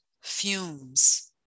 fumes